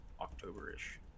october-ish